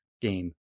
game